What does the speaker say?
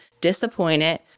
disappointed